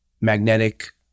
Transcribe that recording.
magnetic